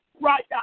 Right